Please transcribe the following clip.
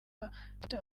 bafite